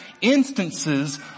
instances